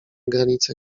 granice